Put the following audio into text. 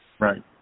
Right